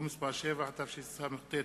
שולחן הכנסת,